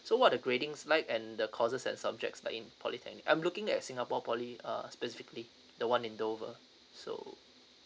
so what the gradings like and the courses and subjects like in polytechnic I'm looking at singapore poly uh specifically the one in dover so